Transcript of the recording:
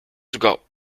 sogar